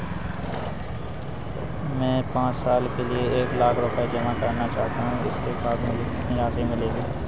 मैं पाँच साल के लिए एक लाख रूपए जमा करना चाहता हूँ इसके बाद मुझे कितनी राशि मिलेगी?